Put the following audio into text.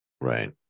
Right